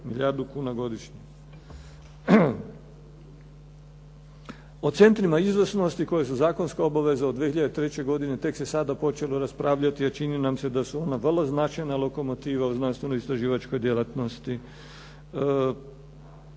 milijardu kuna godišnje. O centrima …/Govornik se ne razumije./… koje su zakonske obaveze od 2003. godine tek se sada počelo raspravljati, a čini nam se da su ona vrlo značajna lokomotiva u znanstveno istraživačkoj djelatnosti.